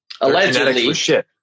allegedly